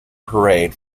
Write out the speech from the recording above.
parade